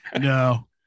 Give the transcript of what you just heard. No